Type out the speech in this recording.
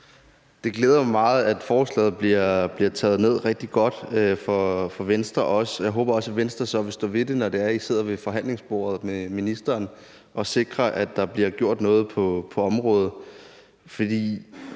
Det glæder mig meget, at forslaget bliver taget rigtig godt ned også af Venstre. Jeg håber så også, at Venstre vil stå ved det, når det er, at I sidder ved forhandlingsbordet med ministeren, og sikrer, at der bliver gjort noget på området.